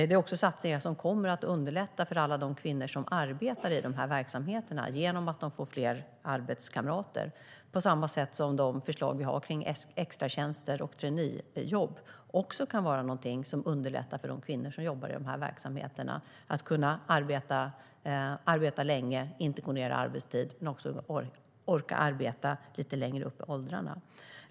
Det är också satsningar som kommer att underlätta för alla de kvinnor som arbetar i de här verksamheterna genom att de får fler arbetskamrater, på samma sätt som de förslag vi har om extratjänster och traineejobb kan vara någonting som underlättar för de kvinnor som arbetar i de här verksamheterna att kunna göra det länge, inte behöva gå ned i arbetstid och också orka arbeta lite längre upp i åldrarna.